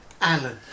Alan